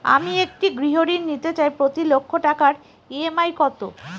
আমি একটি গৃহঋণ নিতে চাই প্রতি লক্ষ টাকার ই.এম.আই কত?